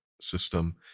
system